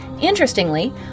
Interestingly